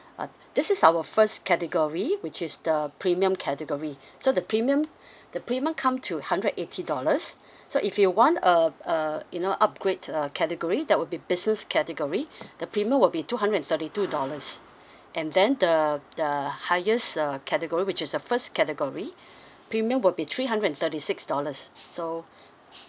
uh this is our first category which the premium category so the premium the premium come to hundred eighty dollars so if you want uh a you know upgrade uh category that will be business category the premium will be two hundred and thirty two dollars and then the the highest uh category which is the first category premium will be three hundred and thirty six dollars so